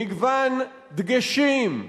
מגוון דגשים,